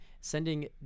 sending